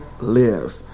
live